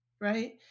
right